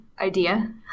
idea